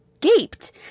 gaped